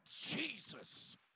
Jesus